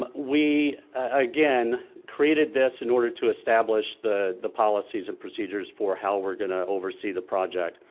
but we again created this in order to establish the the policies and procedures for how we're gonna oversee the project.